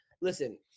Listen